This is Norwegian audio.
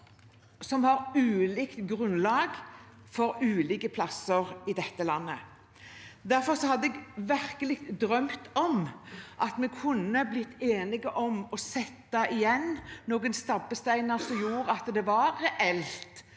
som har ulikt grunnlag på ulike plasser i dette landet. Derfor hadde jeg virkelig drømt om at vi kunne blitt enige om å sette igjen noen stabbesteiner som gjorde at det var reelt,